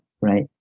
right